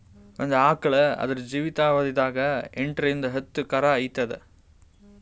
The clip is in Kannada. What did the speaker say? ಒಂದ್ ಆಕಳ್ ಆದ್ರ ಜೀವಿತಾವಧಿ ದಾಗ್ ಎಂಟರಿಂದ್ ಹತ್ತ್ ಕರಾ ಈತದ್